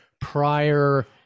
prior